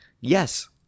yes